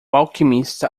alquimista